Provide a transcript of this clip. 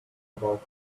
about